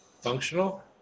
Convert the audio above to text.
functional